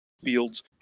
fields